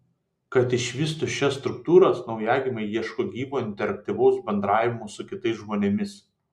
kad išvystytų šias struktūras naujagimiai ieško gyvo interaktyvaus bendravimo su kitais žmonėmis